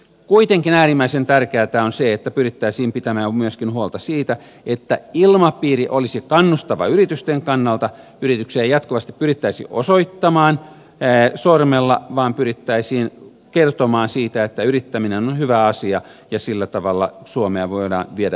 kuitenkin äärimmäisen tärkeätä on se että pyrittäisiin pitämään myöskin huolta siitä että ilmapiiri olisi kannustava yritysten kannalta yrityksiä ei jatkuvasti pyrittäisi osoittamaan sormella vaan pyrittäisiin kertomaan siitä että yrittäminen on hyvä asia ja sillä tavalla suomea voidaan viedä eteenpäin